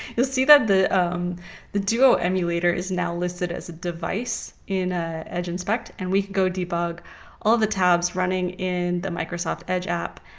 you'll see that the um the duo emulator is now listed as a device in ah edge inspect, and we can go debug all the tabs running in the microsoft edge app.